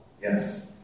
Yes